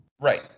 Right